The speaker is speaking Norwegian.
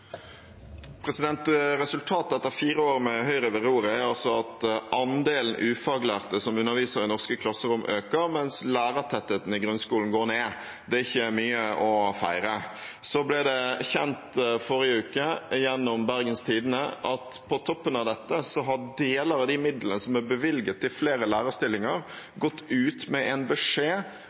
Resultatet etter fire år med Høyre ved roret er at andelen ufaglærte som underviser i norske klasserom, øker, mens lærertettheten i grunnskolen går ned. Det er ikke mye å feire. Så ble det i forrige uke kjent – gjennom Bergens Tidende – at på toppen av dette har man gått ut med en beskjed om at deler av de midlene som er bevilget til flere lærerstillinger,